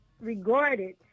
regarded